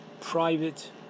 private